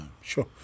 sure